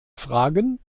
fragen